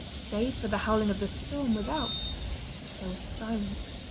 save for the howling of the storm without there was silence.